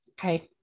Okay